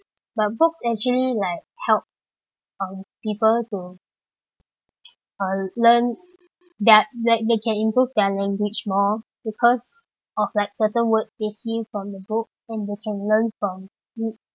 but books actually like help um people to uh learn that that they can improve their language more because of like certain word they see from the book and they can learn from it